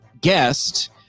guest